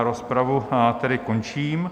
Rozpravu tedy končím.